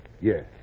Yes